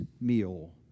meal